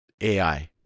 AI